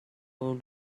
how